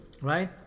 right